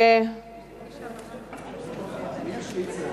אני אשליט סדר.